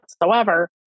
whatsoever